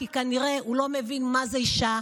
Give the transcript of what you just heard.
כי כנראה הוא לא מבין מה זה אישה,